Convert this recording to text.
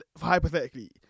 hypothetically